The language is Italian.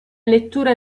lettura